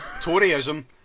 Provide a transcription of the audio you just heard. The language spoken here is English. Toryism